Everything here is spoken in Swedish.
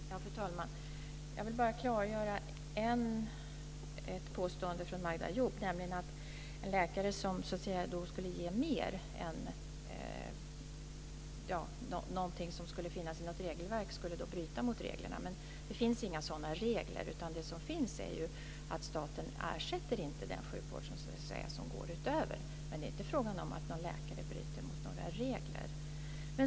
Fru talman! Jag vill bara klargöra ett påstående från Magda Ayoub, nämligen att en läkare som skulle ge mer än någonting som skulle finnas i något regelverk skulle bryta mot reglerna. Men det finns inga sådana regler. Det som sker är att staten inte ersätter den sjukvård som går utöver. Det är inte fråga om att någon läkare bryter mot några regler.